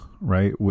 right